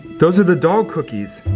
those are the dog cookies.